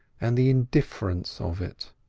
and the indifference of it.